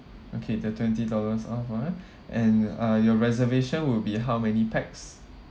okay the twenty dollars off ah and uh your reservation will be how many pax